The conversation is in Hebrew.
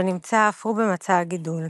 שנמצא אף הוא במצע הגידול.